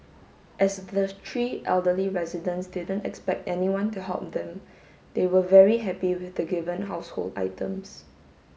as the three elderly residents didn't expect anyone to help them they were very happy with the given household items